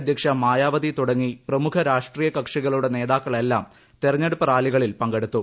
അധ്യക്ഷ മായാവതി തുടങ്ങി പ്രമുഖ രാഷ്ട്രീയ കക്ഷികളുടെ നേതാക്കളെല്ലാം തെരഞ്ഞെടുപ്പ് റാലികളിൽ പങ്കെടുത്തു